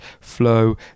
flow